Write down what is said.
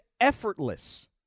effortless